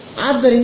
B ಮೇಲೆ ಬೀಳುವುದು